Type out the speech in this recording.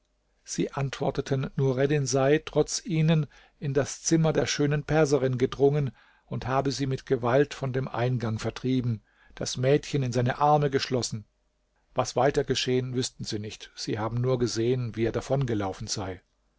sie antworteten nureddin sei trotz ihnen in das zimmer der schönen perserin gedrungen und habe sie mit gewalt von dem eingang vertrieben das mädchen in seine arme geschlossen was weiter geschehen wüßten sie nicht sie haben nur gesehen wie er davon gelaufen sei